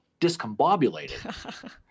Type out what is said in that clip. discombobulated